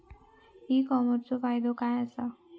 E कॉमर्सचो फायदो काय असा?